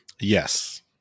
Yes